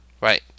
Right